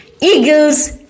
eagles